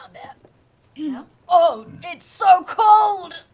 um yeah yeah oh, it's so cold!